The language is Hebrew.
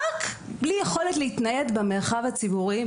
בלי יכולת להתנייד במרחב הציבורי,